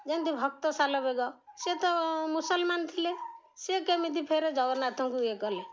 ଯେନ୍ତି ଭକ୍ତ ଶାଲବେଗ ସେ ତ ମୁସଲମାନ ଥିଲେ ସେ କେମିତି ଫେର ଜଗନ୍ନାଥଙ୍କୁ ଇଏ କଲେ